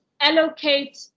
allocate